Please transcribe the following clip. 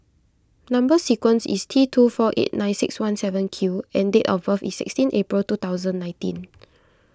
Number Sequence is T two four eight nine six one seven Q and date of birth is sixteen April two thousand nineteen